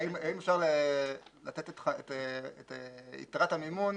האם אפשר לתת את יתרת המימון